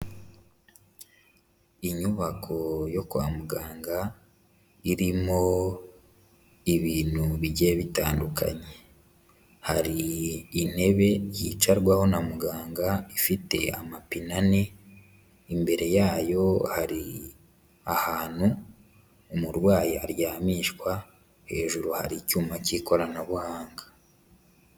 Inyubako yo kwa muganga irimo ibintu bigiye bitandukanye. Hari intebe yicarwaho na muganga ifite amapine ane, imbere yayo hari ahantu umurwayi aryamishwa. Hejuru hari icyuma cy'ikoranabuhanga.